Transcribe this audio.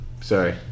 Sorry